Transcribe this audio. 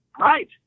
Right